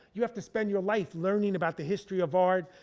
you have to spend your life learning about the history of art,